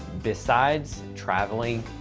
besides traveling,